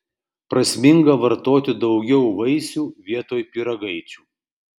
prasminga vartoti daugiau vaisių vietoj pyragaičių